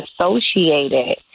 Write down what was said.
associated